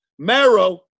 Marrow